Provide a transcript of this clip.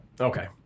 Okay